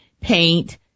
paint